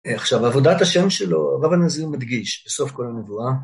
עכשיו עבודת השם שלו רב הנזיר מדגיש בסוף כל הנבואה